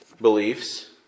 beliefs